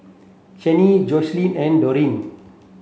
Shanelle Joseline and Darrion